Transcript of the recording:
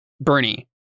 Bernie